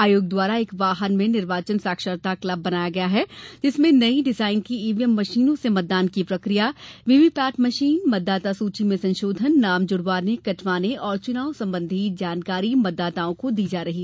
आयोग द्वारा एक वाहन में निर्वाचन साक्षरता क्लब बनाया गया है जिसमें नई डिजाइन की ईव्हीएम मशीनों से मतदान की प्रकिया वीवीपैट मशीन मतदाता सूची में संशोधन नाम जुड़वाने कटवाने और चुनाव संबंधी जानकारी से मतदाताओं को जागरुक कराया जा रहा है